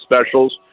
specials